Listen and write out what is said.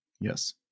Yes